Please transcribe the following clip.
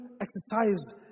exercise